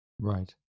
Right